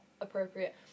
appropriate